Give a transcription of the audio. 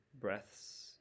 breaths